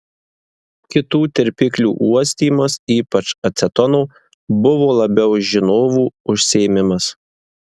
kitų tirpiklių uostymas ypač acetono buvo labiau žinovų užsiėmimas